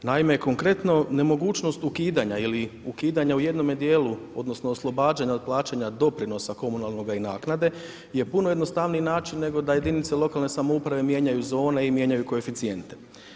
Naime, konkretno nemogućnost ukidanja ili ukidanja u jednom dijelu odnosno oslobađanja od plaćanja doprinosa komunalnog i naknade je puno jednostavniji način nego da jedinice lokalne samouprave mijenjaju zone i mijenjaju koeficijente.